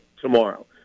tomorrow